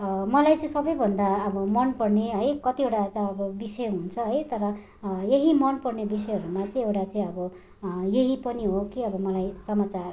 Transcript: मलाई चाहिँ सबैभन्दा अब मनपर्ने है कतिवटा त अब विषय हुन्छ है तर यही मनपर्ने विषयहरूमा चाहिँ एउटा चाहिँ अब यही पनि हो कि अब मलाई समाचार